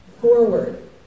forward